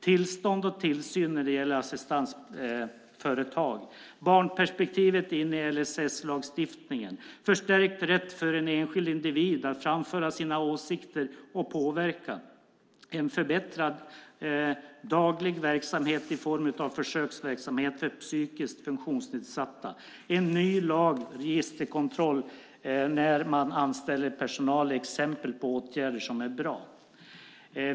Tillstånd och tillsyn när det gäller assistansföretag, barnperspektivet in i LSS-lagstiftningen, förstärkt rätt för en enskild individ att framföra sina åsikter och påverka, förbättrad daglig verksamhet i form av försöksverksamhet för psykiskt funktionsnedsatta och en ny lag för registerkontroll när man anställer personal är exempel på åtgärder som är bra.